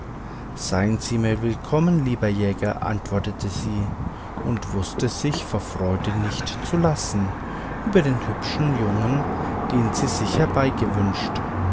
seien sie mir willkommen lieber jäger antwortete sie und wußte sich vor freude nicht zu lassen über den hübschen jungen den sie sich